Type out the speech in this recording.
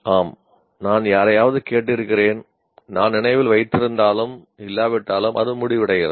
ஆம் நான் யாரையாவது கேட்டிருக்கிறேன் நான் நினைவில் வைத்திருந்தாலும் இல்லாவிட்டாலும் அது முடிவடைகிறது